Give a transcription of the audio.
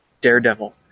Daredevil